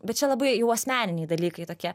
bet čia labai jau asmeniniai dalykai tokie